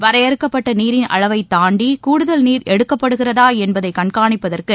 வரையறைக்கப்பட்ட நீரின் அளவை தாண்டி கூடுதல் நீர் எடுக்கப்படுகிறதா என்பதை கண்காணிப்பதற்கு